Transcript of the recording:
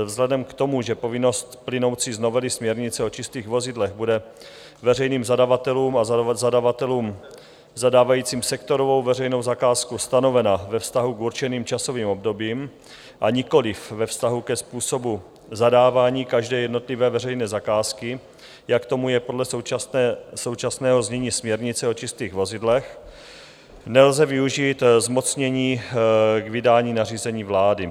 Vzhledem k tomu, že povinnost plynoucí z novely směrnice o čistých vozidlech bude veřejným zadavatelům a zadavatelům zadávajícím sektorovou veřejnou zakázku stanovena ve vztahu k určeným časovým obdobím, a nikoliv ve vztahu ke způsobu zadávání každé jednotlivé veřejné zakázky, jak tomu je podle současného znění směrnice o čistých vozidlech, nelze využít zmocnění k vydání nařízení vlády.